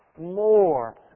more